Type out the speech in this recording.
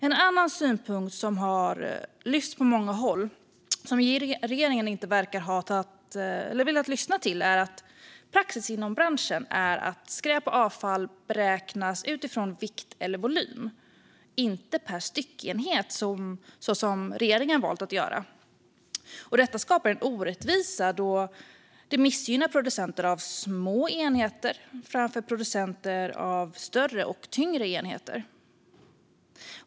En annan synpunkt som har lyfts på många håll men som regeringen inte verkar ha velat lyssna till är att praxis inom branschen är att skräp och avfall beräknas utifrån vikt eller volym, inte per styckeenhet som regeringen valt att göra. Detta skapar en orättvisa då det missgynnar producenter av små enheter till förmån för producenter av större och tyngre enheter.